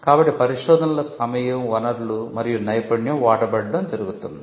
కాబట్టి పరిశోధనలో సమయం వనరులు మరియు నైపుణ్యం వాడబడడం జరుగుతుంది